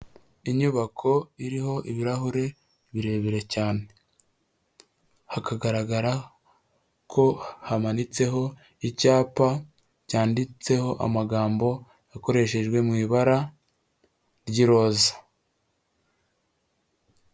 Inyubako iriho ibirahuri birebire cyane. Hakagaragara ko hamanitseho icyapa cyanditseho amagambo akoreshejwe mu ibara ry'iroza.